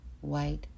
white